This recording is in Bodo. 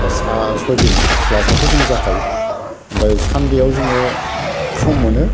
सा सयदिन क्लासआथ' जों जाखायो ओमफ्राय सान्देआव जोङो सम मोनो